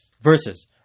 verses